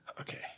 Okay